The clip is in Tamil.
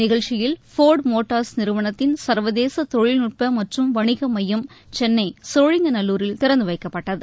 நிகழ்ச்சியில் ஃபோர்டு மோட்டார்ஸ் நிறுவனத்தின் சர்வதேச தொழில்நுட்ப மற்றும் வணிக மையம் சென்னை சோழிங்கநல்லூரில் திறந்து வைக்கப்பட்டது